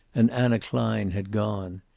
and anna klein had gone.